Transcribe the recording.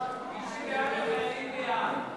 ההצעה להסיר מסדר-היום